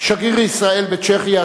שגריר ישראל בצ'כיה,